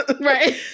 right